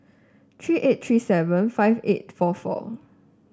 three eight three seven five eight four four